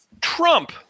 Trump